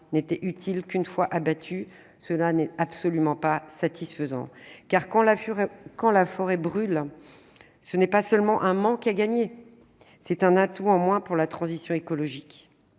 n'était utile qu'une fois abattu. Cela n'est absolument pas satisfaisant. Quand la forêt brûle, cela ne constitue pas seulement un manque à gagner, c'est un atout en moins pour la transition écologique.